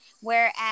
whereas